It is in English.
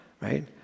Right